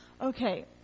okay